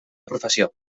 professió